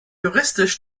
juristisch